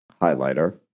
highlighter